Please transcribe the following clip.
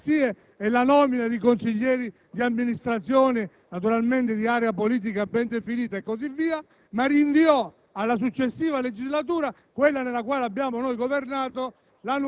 con l'organizzazione per agenzie e la nomina di consiglieri di amministrazione, ovviamente di area politica ben definita, ma rinviò